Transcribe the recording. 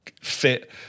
fit